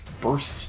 Burst